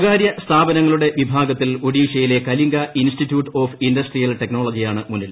സ്ഥാപനങ്ങളുടെ വിഭാഗത്തിൽ ഒഡീഷയിലെ കലിംഗ ഇൻസ്റ്റിറ്റ്യൂട്ട് ഓഫ് ഇൻഡസ്ട്രിയൽ ടെക്നോളജിയാണ് മുന്നിൽ